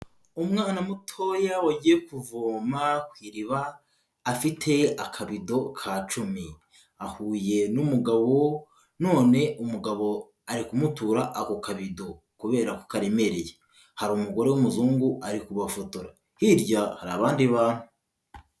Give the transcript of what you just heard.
Umwana mutoya wagiye kuvoma ku iriba, afite akabido ka cumi, ahuye n'umugabo none umugabo ari kumutura ako kabido kubera ko karemereye, hari umugore w'umuzungu ari kubafotora, hirya hari abandi bantu.